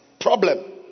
problem